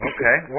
Okay